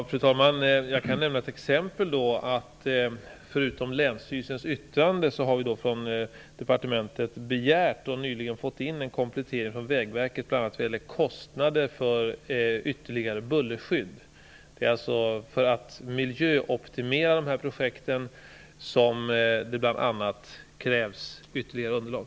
Fru talman! Jag kan som exempel nämna att förutom länsstyrelsens yttrande har departementet begärt och nyligen fått in en komplettering från Vägverket bl.a. vad gäller kostnader för ytterligare bullerskydd. Det är för att miljöoptimera dessa projekt som det bl.a. krävs mer underlag.